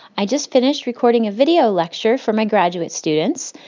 i just finished recording a video lecture for my graduate students.